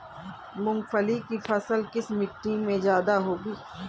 मूंगफली की फसल किस मिट्टी में ज्यादा होगी?